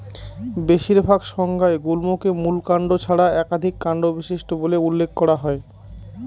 বেশিরভাগ সংজ্ঞায় গুল্মকে মূল কাণ্ড ছাড়া একাধিক কাণ্ড বিশিষ্ট বলে উল্লেখ করা হয়